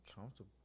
comfortable